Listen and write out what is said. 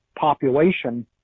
population